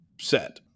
set